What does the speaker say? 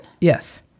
Yes